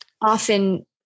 often